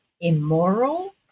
immoral